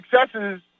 successes